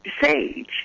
Sage